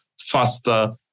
faster